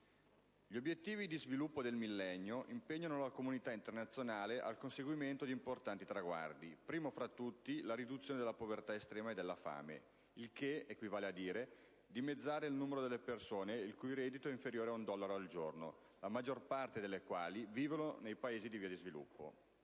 gli obiettivi di sviluppo del Millennio impegnano la comunità internazionale al conseguimento di importanti traguardi, primo tra tutti la riduzione della povertà estrema e della fame, il che equivale a dimezzare il numero delle persone il cui reddito è inferiore ad un dollaro al giorno, la maggior parte delle quali vive nei Paesi in via di sviluppo.